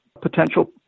potential